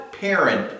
parent